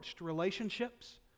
relationships